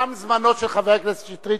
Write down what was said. תם זמנו של חבר הכנסת שטרית,